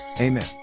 Amen